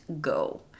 go